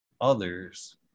others